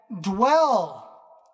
dwell